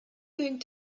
going